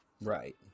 Right